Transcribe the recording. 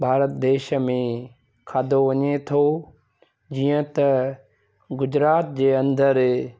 भारत देश में खाधो वञे थो जीअं त गुजरात जे अंदरि